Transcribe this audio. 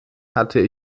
hatte